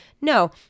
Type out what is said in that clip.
No